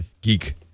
geek